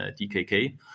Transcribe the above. dkk